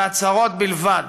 בהצהרות בלבד.